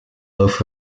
loaf